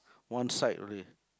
one side only